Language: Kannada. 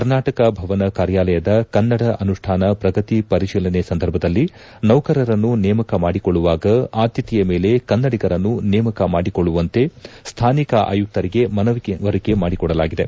ಕರ್ನಾಟಕ ಭವನ ಕಾರ್ಯಾಲಯದ ಕನ್ನಡ ಅನುಷ್ಠಾನ ಪ್ರಗತಿ ಪರಿಶೀಲನೆ ಸಂದರ್ಭದಲ್ಲಿ ನೌಕರರನ್ನು ನೇಮಕ ಮಾಡಿಕೊಳ್ಳುವಾಗ ಆದ್ಯತೆಯ ಮೇಲೆ ಕನ್ನಡಿಗರನ್ನು ನೇಮಕ ಮಾಡಿಕೊಳ್ಳುವಂತೆ ಸ್ಥಾನಿಕ ಆಯುಕ್ತರಿಗೆ ಮನವರಿಕೆ ಮಾಡಿಕೊಡಲಾಗಿದೆ